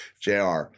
jr